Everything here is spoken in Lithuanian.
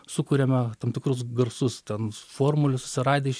sukuriame tam tikrus garsus ten formulių susiradę iš